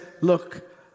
look